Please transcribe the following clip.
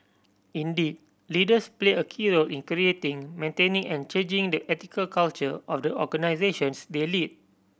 indeed leaders play a key in creating maintaining and changing the ethical culture of the organisations they lead